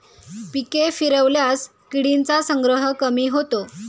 पिके फिरवल्यास किडींचा संग्रह कमी होतो